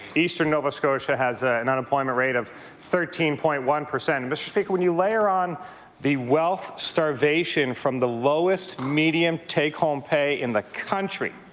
eastern nova scotia has ah an unemployment rate of thirteen point one. and mr. speaker, when you layer on the wealth starvation from the lowest medium takehome pay in the country,